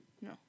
No